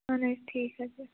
اَہَن حظ ٹھیٖک حظ چھِ